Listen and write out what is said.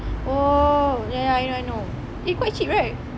oh ya ya ya I know eh quite cheap right